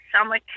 summer